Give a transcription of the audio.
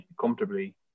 comfortably